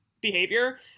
behavior